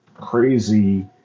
crazy